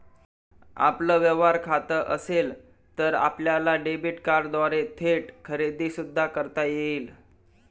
आपलं व्यवहार खातं असेल तर आपल्याला डेबिट कार्डद्वारे थेट खरेदी सुद्धा करता येईल